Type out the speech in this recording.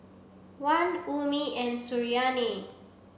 Wan Ummi and Suriani